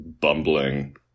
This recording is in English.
bumbling